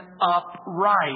upright